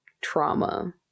trauma